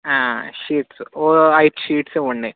sheets ఒక ఐదు sheets ఇవ్వండి